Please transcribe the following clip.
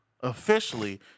Officially